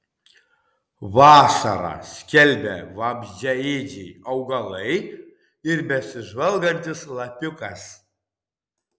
vasarą skelbia vabzdžiaėdžiai augalai ir besižvalgantis lapiukas